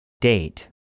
Date